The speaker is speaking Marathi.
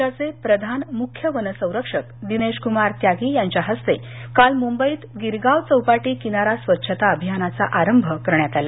राज्याचे प्रधान मुख्य वन संरक्षक दिनेशकुमार त्यागी यांच्या हस्ते काल मुंबईत गिरगाव चौपाटी किनारा स्वच्छता अभियानाचा आरंभ करण्यात आला